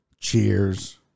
Cheers